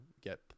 get